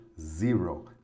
Zero